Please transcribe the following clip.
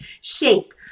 shape